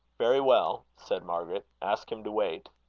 very well, said margaret ask him to wait.